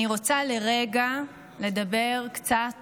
אני רוצה לרגע לדבר קצת